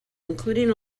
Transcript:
including